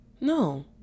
no